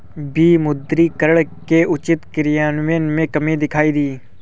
विमुद्रीकरण के उचित क्रियान्वयन में कमी दिखाई दी